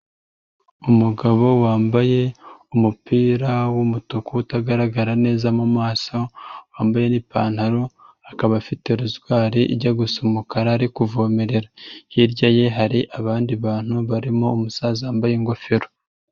Umugabo wambaye umupira w'umutuku utagaragara neza mu maso, wambaye n'ipantaro, akaba afite rozwari ijya gusa umukara ari kuvomerera. Hirya ye hari abandi bantu barimo umusaza wambaye ingofero.